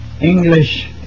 English